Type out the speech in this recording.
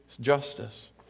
justice